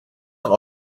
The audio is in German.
noch